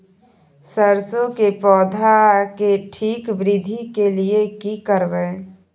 सरसो के पौधा के ठीक वृद्धि के लिये की करबै?